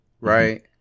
right